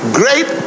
great